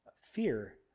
fear